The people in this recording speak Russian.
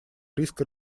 риска